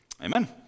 Amen